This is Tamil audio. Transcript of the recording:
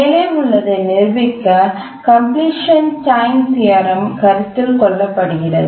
மேலே உள்ளதை நிரூபிக்க கம்ப்ளீஸ்ஷன் டைம் தியரம் கருத்தில் கொள்ளப்படுகிறது